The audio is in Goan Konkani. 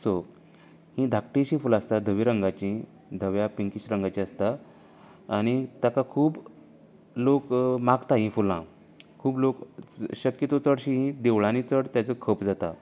सो ही धाकटिशीं फुलां आसता धव्यां रंगाची धव्या पिंकीश रंगाची आसता आनी ताका खूब लोक मागता ही फुलां खूब लोक शक्यतो चडशीं ही देवळांनी चड तेचो खप जाता